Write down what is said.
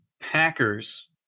Packers